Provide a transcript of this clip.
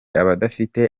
abadafite